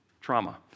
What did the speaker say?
trauma